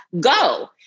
Go